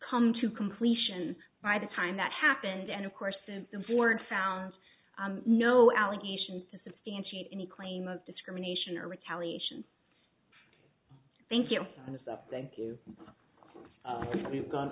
come to completion by the time that happened and of course the board found no allegations to substantiate any claim of discrimination or retaliation thank you on the staff thank you we've gone